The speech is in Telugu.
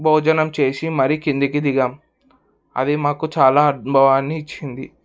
భోజనం చేసి మరి కిందికి దిగాం అదే మాకు చాలా అనుభవాన్ని ఇచ్చింది